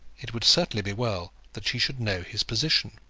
it would certainly be well that she should know his position.